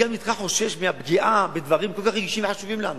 גם אני חושש מפגיעה בדברים כל כך רגישים וחשובים לנו.